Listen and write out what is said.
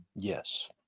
Yes